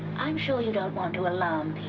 i'm sure you don't want to alarm